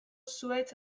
zuhaitz